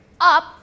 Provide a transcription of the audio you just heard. up